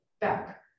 back